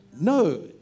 No